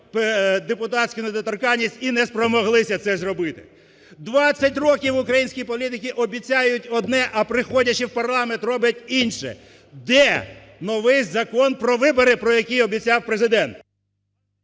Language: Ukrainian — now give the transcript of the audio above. депутатську недоторканності і не спромоглися це зробити. 20 років українські політики обіцяють одне, а приходячи в парламент, роблять інше. Де новий Закон про вибори, який обіцяв Президент?